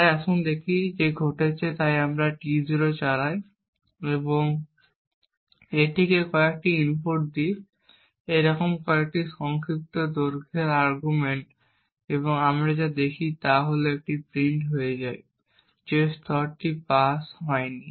তাই আসুন দেখি যে ঘটছে তাই আমরা T0 চালাই এবং এটিকে কয়েকটি ইনপুট দিই এইরকম কয়েকটি একটি সংক্ষিপ্ত দৈর্ঘ্যের আর্গুমেন্ট এবং আমরা যা দেখি তা হল এটি প্রিন্ট হয়ে যায় যে স্তরটি পাস হয়নি